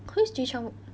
who is ji chang wook